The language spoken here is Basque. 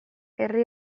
herri